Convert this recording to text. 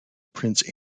prince